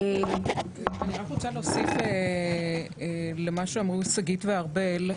אני רק להוסיף למה שאמרו שגית וארבל.